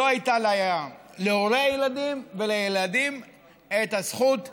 לא הייתה להורי הילדים ולילדים הזכות לבחור.